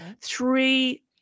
three